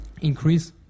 increase